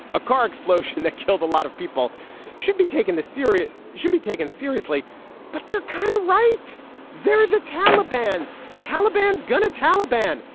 a car explosion that killed a lot of people should be taken to syria should be taken seriously but they're kind of right there the taliban taliban's going to taliban.